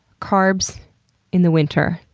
carbs in the winter.